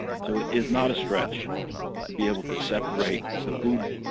so it is not a stretch to be able to separate the food